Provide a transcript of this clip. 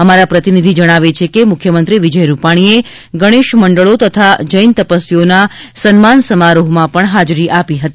આ પ્રતિનિધી જણાવે છે કે મુખ્યમંત્રી વિજય રૂપાણીએ ગરૂોશ મંડળો તથા જૈન તપસ્વીઓના સન્માન સમારોહમાં પણ હાજરી આપી હતી